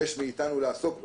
ביקש מאיתנו לעסוק בה.